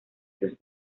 sus